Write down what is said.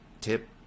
tip